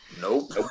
Nope